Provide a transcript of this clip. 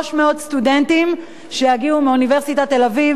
מ-300 סטודנטים שיגיעו מאוניברסיטת תל-אביב,